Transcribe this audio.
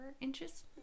inches